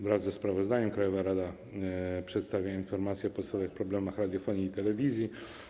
Wraz ze sprawozdaniem krajowa rada przedstawia informację o podstawowych problemach radiofonii i telewizji.